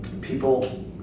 people